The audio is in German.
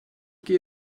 gehe